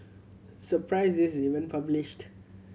surprised this is even published